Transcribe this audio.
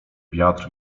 wiatr